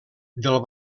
del